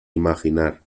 imaginar